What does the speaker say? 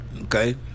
Okay